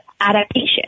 adaptation